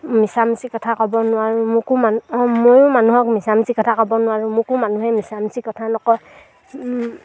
মিছামিচি কথা ক'ব নোৱাৰোঁ মোকো মানুহে ময়ো মানুহক মিছামিচি কথা ক'ব নোৱাৰো মোকো মানুহে মিছামিচি কথা নকয়